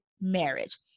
marriage